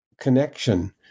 connection